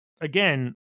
again